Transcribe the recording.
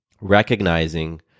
recognizing